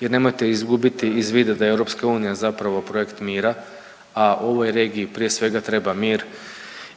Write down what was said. jer nemojte izgubiti iz vida da je EU zapravo projekt mira, a ovoj regiji prije svega treba mir